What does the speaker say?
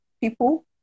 people